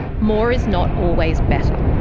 more is not always better,